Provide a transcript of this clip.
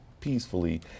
PEACEFULLY